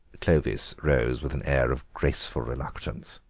clovis rose with an air of graceful reluctance.